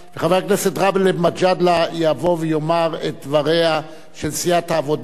וחבר הכנסת גאלב מג'אדלה יבוא ויאמר את דבריה של סיעת העבודה.